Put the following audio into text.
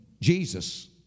Jesus